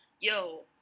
yo